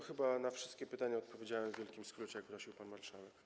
Chyba na wszystkie pytania odpowiedziałem w wielkim skrócie, jak prosił pan marszałek.